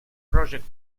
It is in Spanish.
project